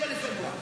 או 27 בפברואר.